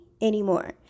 anymore